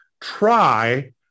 try